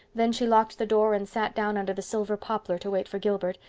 then she locked the door and sat down under the silver poplar to wait for gilbert,